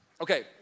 Okay